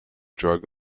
drug